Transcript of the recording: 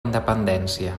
independència